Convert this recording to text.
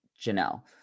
Janelle